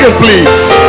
Please